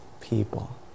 people